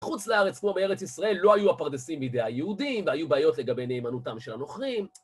חוץ לארץ כמו בארץ ישראל לא היו הפרדסים בידי היהודים והיו בעיות לגבי נאמנותם של הנוכרים.